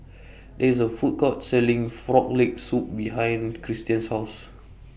There IS A Food Court Selling Frog Leg Soup behind Christian's House